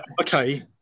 Okay